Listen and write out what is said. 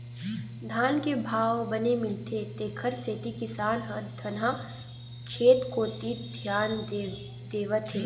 धान के भाव बने मिलथे तेखर सेती किसान ह धनहा खेत कोती धियान देवत हे